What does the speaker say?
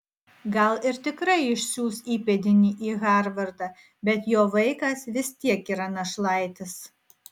gal ir tikrai išsiųs įpėdinį į harvardą bet jo vaikas vis tiek yra našlaitis